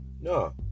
No